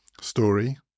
story